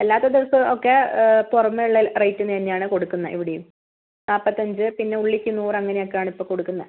അല്ലാത്ത ദിവസം ഒക്കെ പുറമെ ഉള്ള റേറ്റിന് തന്നെയാണ് കൊടുക്കുന്നത് ഇവിടെയും നാൽപത്തഞ്ച് പിന്നെ ഉള്ളിക്ക് നൂറ് അങ്ങനെ ഒക്കെയാണ് ഇപ്പം കൊടുക്കുന്നത്